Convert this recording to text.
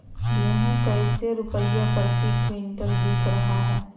गेंहू कैसे रुपए प्रति क्विंटल बिक रहा है?